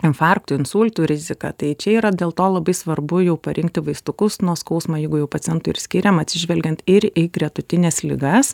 infarktų insultų riziką tai čia yra dėl to labai svarbu jau parinkti vaistukus nuo skausmo jeigu jau pacientai ir skiriama atsižvelgiant ir į gretutines ligas